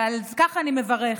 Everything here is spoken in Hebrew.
ועל כך אני מברכת.